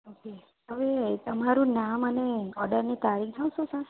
okay હવે તમારું નામ અને ઓડરની તારીખ જણાવસો સર